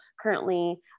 currently